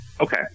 Okay